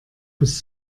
bis